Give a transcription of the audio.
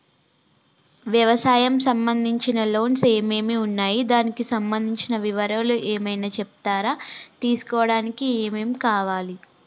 వ్యవసాయం సంబంధించిన లోన్స్ ఏమేమి ఉన్నాయి దానికి సంబంధించిన వివరాలు ఏమైనా చెప్తారా తీసుకోవడానికి ఏమేం కావాలి?